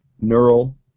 neural